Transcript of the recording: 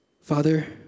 Father